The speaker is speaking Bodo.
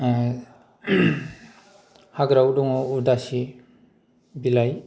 हाग्रायाव दङ उदासि बिलाइ